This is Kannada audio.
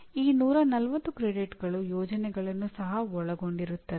ಈ 140 ಕ್ರೆಡಿಟ್ಗಳು ಯೋಜನೆಗಳನ್ನು ಸಹ ಒಳಗೊಂಡಿರುತ್ತವೆ